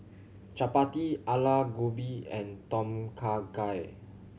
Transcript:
Chapati Alu Gobi and Tom Kha Gai